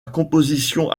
composition